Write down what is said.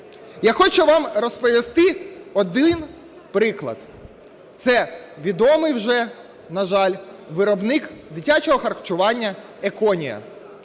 Я хочу вам розповісти один приклад. Це відомий вже, на жаль, виробник дитячого харчування "Еконія",